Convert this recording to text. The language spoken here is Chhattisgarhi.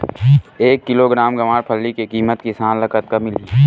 एक किलोग्राम गवारफली के किमत किसान ल कतका मिलही?